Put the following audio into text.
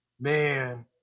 man